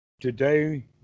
today